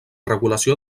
regulació